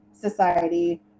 society